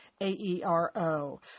A-E-R-O